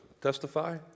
Testify